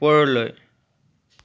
ওপৰলৈ